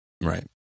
Right